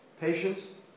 Patients